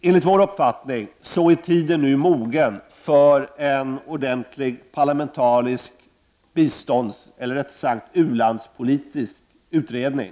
Enligt vår uppfattning är tiden nu mogen för en ordentlig parlamentarisk u-landspolitisk utredning.